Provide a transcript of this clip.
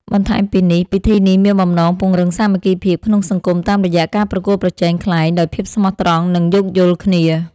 បន្ថែមពីនេះ ពិធីនេះមានបំណងពង្រឹងសាមគ្គីភាពក្នុងសង្គមតាមរយៈការប្រកួតប្រជែងខ្លែងដោយភាពស្មោះត្រង់ និងយោគយល់គ្នា។